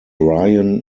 ryan